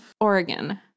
Oregon